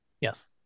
Yes